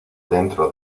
dentro